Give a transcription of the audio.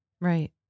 Right